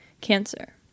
Cancer